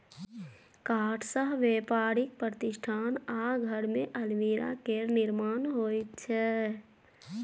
काठसँ बेपारिक प्रतिष्ठान आ घरमे अलमीरा केर निर्माण होइत छै